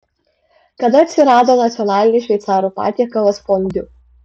kada atsirado nacionalinis šveicarų patiekalas fondiu